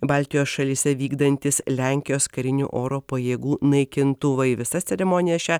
baltijos šalyse vykdantys lenkijos karinių oro pajėgų naikintuvai visas ceremonijas čia